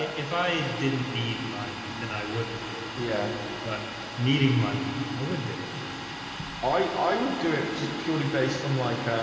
if i didn't need money then i wouldn't do yeah but needing money i would do it i i would do it just purely based on like um